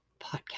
podcast